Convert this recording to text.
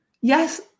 Yes